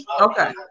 Okay